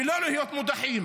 ולא להיות מודחים.